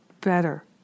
better